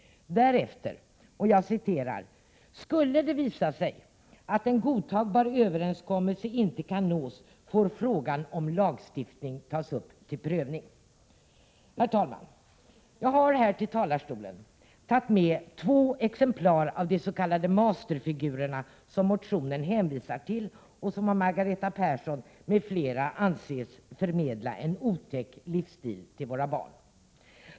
Därefter anför utskottet: ”Skulle det visa sig att en godtagbar överenskommelse inte kan nås får frågan om lagstiftning tas upp till prövning.” Herr talman! Jag har här till talarstolen tagit med två exemplar av de s.k. masterfigurer som motionen hänvisar till och som av Margareta Persson m.fl. anses förmedla ”en otäck livsstil till våra barn”.